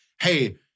Hey